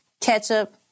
ketchup